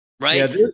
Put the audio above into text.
Right